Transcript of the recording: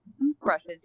toothbrushes